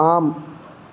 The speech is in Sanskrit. आम्